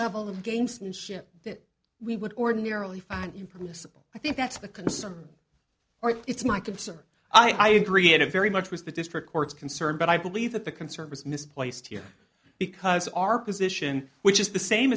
level of gamesmanship that we would ordinarily find you permissible i think that's the concern or it's my concern i agree at a very much with the district court's concern but i believe that the concern is misplaced here because our position which is the same